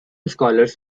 scholars